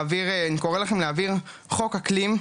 אני קורא לכם להעביר חוק אקלים,